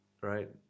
right